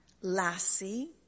Lassie